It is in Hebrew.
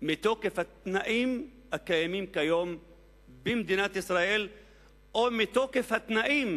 מתוקף התנאים הקיימים כיום במדינת ישראל או מתוקף התנאים